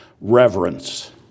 reverence